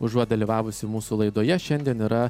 užuot dalyvavusi mūsų laidoje šiandien yra